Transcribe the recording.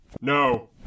No